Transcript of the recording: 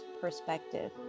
perspective